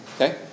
Okay